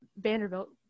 Vanderbilt